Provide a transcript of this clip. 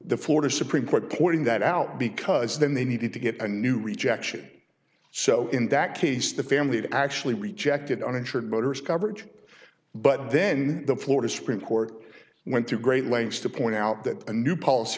the florida supreme court pointing that out because then they needed to get a new rejection so in that case the family had actually rejected uninsured motorist coverage but then the florida supreme court went to great lengths to point out that a new policy